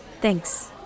Thanks